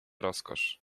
rozkosz